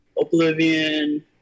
Oblivion